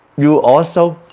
you also